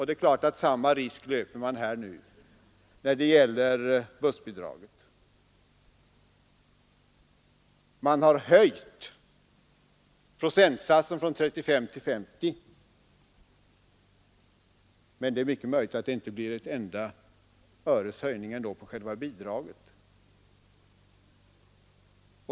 Det är klart att de löper samma risk när det gäller bussbidraget. Man har höjt procentsatsen från 35 till 50, men det är mycket möjligt att det inte blir ett enda öres höjning ändå av själva bidraget.